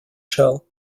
shell